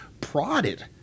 prodded